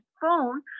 phone